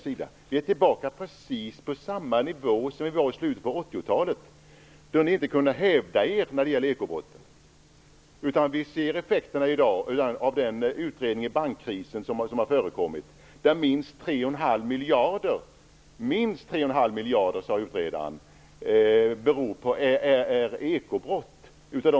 Vi är tillbaka på precis samma nivå som i slutet av 80-talet, då ni inte kunde hävda er i arbetet mot ekobrotten. Vi ser i dag i utredningen om bankkrisen effekterna av detta. Utredaren sade att minst 3 1⁄2 miljard kronor av förlusterna berodde på ekobrott.